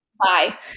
bye